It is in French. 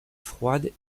froide